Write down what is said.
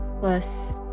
plus